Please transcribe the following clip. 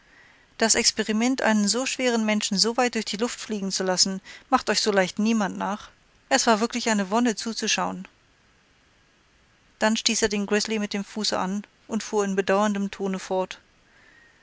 das experiment einen so schweren menschen so weit durch die luft fliegen zu lassen macht euch so leicht niemand nach es war wirklich eine wonne zuzuschauen dann stieß er den grizzly mit dem fuße an und fuhr in bedauerndem tone fort